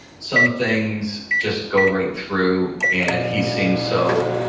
some things just go right through and he seems so